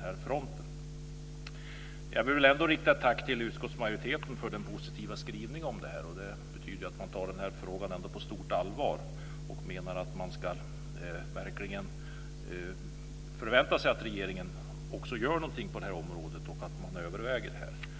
här fronten. Jag vill rikta ett tack till utskottsmajoriteten för dess positiva skrivning, som visar att man tar denna fråga på stort allvar. Man förväntar sig verkligen att regeringen ska överväga det här och göra någonting på det här området.